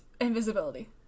invisibility